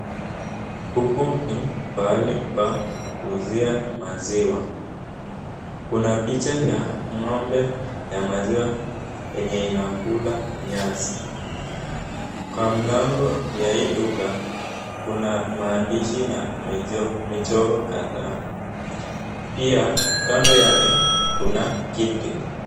Huku ni pahali pa kuuzia maziwa. Kuna picha ya ng'ombe ya maziwa yenye inakula nyasi. Kwa mlango ya hii duka kuna maandishi na michoro kadhaa pia kando yake kuna kiti.